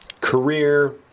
Career